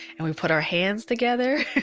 and we put our hands together